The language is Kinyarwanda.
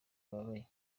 bababaye